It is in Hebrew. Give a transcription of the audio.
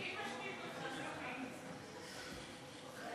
מי משתיק אותך, טיבי?